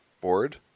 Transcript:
board